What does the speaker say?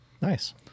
Nice